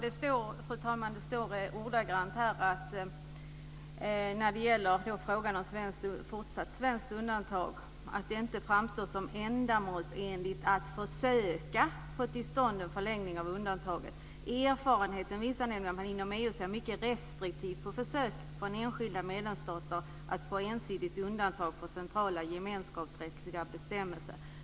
Fru talman! Det står när det gäller fortsatt svenskt undantag att det inte framstår som ändamålsenligt att försöka få till stånd en förlängning av undantaget. Erfarenheten visar nämligen att man inom EU ser mycket restriktivt på försök från enskilda medlemsstater att få ensidigt undantag från centrala gemenskapsrättsliga bestämmelser.